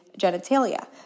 genitalia